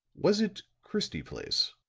was it christie place?